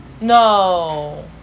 No